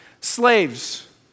Slaves